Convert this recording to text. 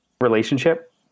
relationship